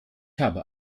habe